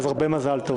אז הרבה מזל טוב.